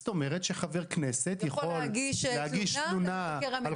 זאת אומרת שחבר כנסת יכול להגיש תלונה על